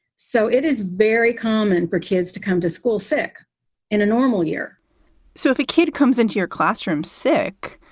so it is very common for kids to come to school sick in a normal year so if a kid comes into your classroom sick,